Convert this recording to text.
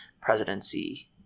presidency